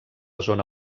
zona